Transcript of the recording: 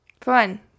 Fun